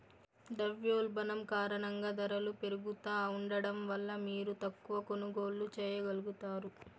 ద్రవ్యోల్బణం కారణంగా దరలు పెరుగుతా ఉండడం వల్ల మీరు తక్కవ కొనుగోల్లు చేయగలుగుతారు